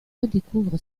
redécouvre